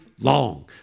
long